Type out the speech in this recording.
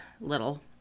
Little